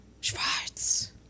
Schwarz